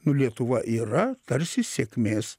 nu lietuva yra tarsi sėkmės